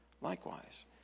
likewise